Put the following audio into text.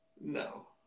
No